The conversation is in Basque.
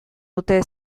dute